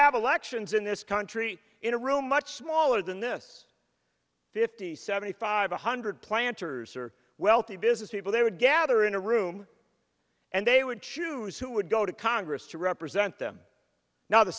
have elections in this country in a room much smaller than this fifty seventy five one hundred planters or wealthy businesspeople they would gather in a room and they would choose who would go to congress to represent them now the